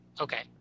Okay